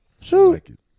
Shoot